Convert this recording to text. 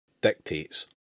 dictates